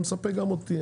מספק גם אותי,